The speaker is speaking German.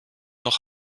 noch